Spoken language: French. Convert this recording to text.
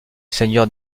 seigneur